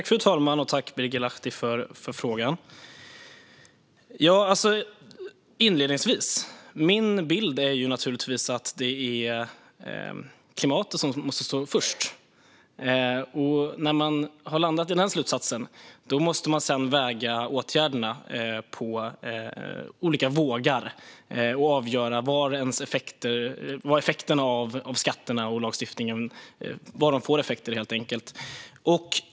Fru talman! Tack, Birger Lahti, för frågan! Inledningsvis är min bild naturligtvis den att klimatet måste stå först. När man har landat i den slutsatsen måste man därefter väga åtgärderna på olika vågar och avgöra vilka effekterna blir av skatter och lagstiftning.